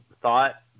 thought